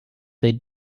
they